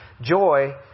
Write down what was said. Joy